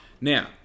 Now